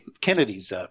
Kennedy's